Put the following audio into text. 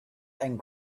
and